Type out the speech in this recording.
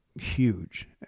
huge